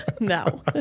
no